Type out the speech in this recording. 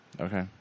Okay